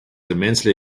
immensely